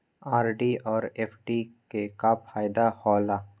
RD और FD के का फायदा हौला?